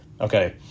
Okay